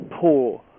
poor